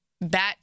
bat